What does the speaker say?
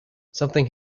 something